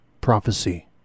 prophecy